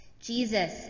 Jesus